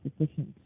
sufficient